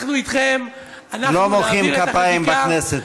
לא מוחאים כפיים בכנסת.